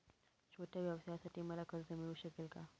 छोट्या व्यवसायासाठी मला कर्ज मिळू शकेल का?